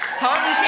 taunton